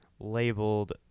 Labeled